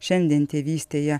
šiandien tėvystėje